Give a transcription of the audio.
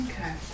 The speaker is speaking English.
Okay